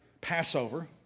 Passover